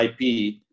IP